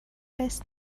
قسط